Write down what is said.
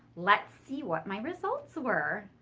let's see what my results were.